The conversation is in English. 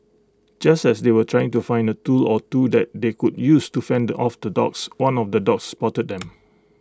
just as they were trying to find A tool or two that they could use to fend off the dogs one of the dogs spotted them